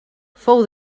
fou